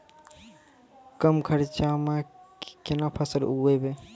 कम खर्चा म केना फसल उगैबै?